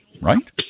right